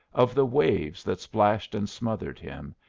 of the waves that splashed and smothered him,